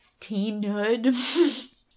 teenhood